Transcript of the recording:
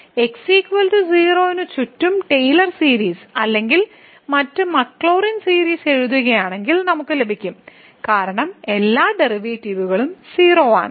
x 0 ന് ചുറ്റും Taylor series അല്ലെങ്കിൽ മറ്റ് മക്ലോറിൻ സീരീസ് എഴുതുകയാണെങ്കിൽ നമുക്ക് ലഭിക്കും കാരണം എല്ലാ ഡെറിവേറ്റീവുകളും 0 ആണ്